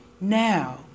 now